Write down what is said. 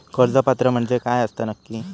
कर्ज पात्र म्हणजे काय असता नक्की?